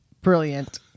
brilliant